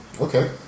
okay